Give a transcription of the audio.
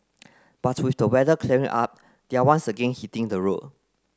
but with the weather clearing up they are once again hitting the road